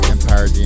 Empire